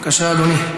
חבר הכנסת